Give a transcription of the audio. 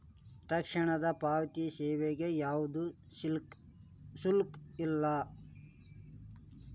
ತಕ್ಷಣದ ಪಾವತಿ ಸೇವೆಗೆ ಯಾವ್ದು ಶುಲ್ಕ ಇಲ್ಲ